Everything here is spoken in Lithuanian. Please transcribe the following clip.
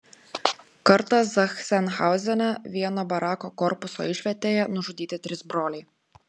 kartą zachsenhauzene vieno barako korpuso išvietėje nužudyti trys broliai